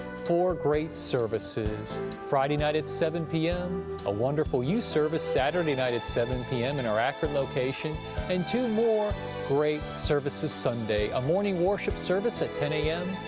four great services friday night at seven pm a wonderful youth service saturday night at seven pm in our akron location and two more great services sunday a morning worship service at ten am,